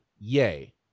Yay